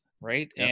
right